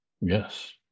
Yes